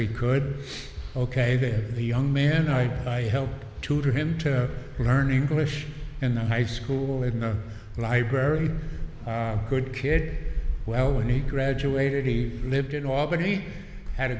we could ok the young man i helped tutor him to learn english in the high school in the library good kid well when he graduated he lived in albany had a